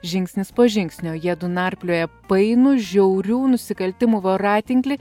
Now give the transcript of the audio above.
žingsnis po žingsnio jiedu narplioja painų žiaurių nusikaltimų voratinklį